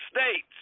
states